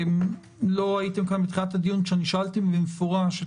לא הייתם כאן בתחילת הדיון כשאני שאלתי במפורש את